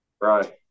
Right